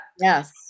Yes